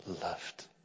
loved